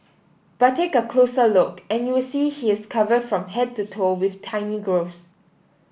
but take a closer look and you will see he is covered from head to toe with tiny growths